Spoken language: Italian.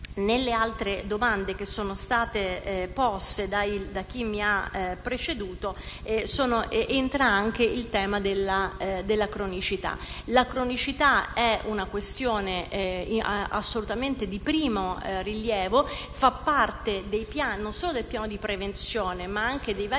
Nelle altre domande che sono state poste da chi mi ha preceduto entra anche il tema della cronicità. La cronicità è una questione assolutamente di primo rilievo e fa parte non solo del piano di prevenzione, ma anche dei vari piani